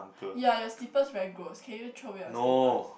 yah your slippers very gross can you throw away your slippers